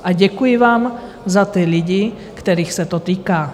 A děkuji vám za ty lidi, kterých se to týká.